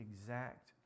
exact